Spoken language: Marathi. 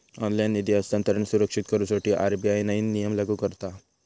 ऑनलाइन निधी हस्तांतरण सुरक्षित करुसाठी आर.बी.आय नईन नियम लागू करता हा